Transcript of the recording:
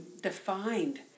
defined